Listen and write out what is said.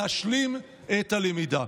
להשלים את הלמידה.